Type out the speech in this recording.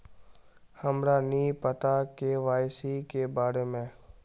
हमरा नहीं पता के.वाई.सी के बारे में?